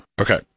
Okay